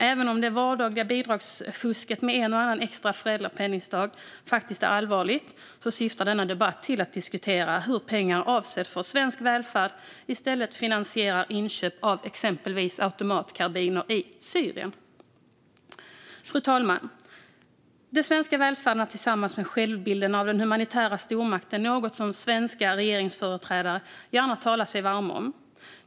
Även om det vardagliga bidragsfusket med en och annan extra föräldrapenningdag är allvarligt syftar denna debatt till att diskutera hur pengar avsedda för svensk välfärd i stället finansierar inköp av exempelvis automatkarbiner i Syrien. Fru talman! Den svenska välfärden är tillsammans med självbilden av den humanitära stormakten något som svenska regeringsföreträdare gärna talar sig varma för.